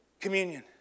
communion